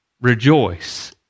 Rejoice